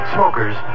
Smokers